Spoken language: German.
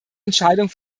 entscheidung